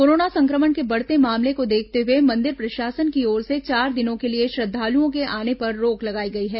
corona संक्रमण के बढ़ते मामले को देखते हुए मंदिर प्रशासन की ओर से चार दिनों के लिए श्रद्वालुओं के आने पर रोक लगाई गई है